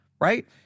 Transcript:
right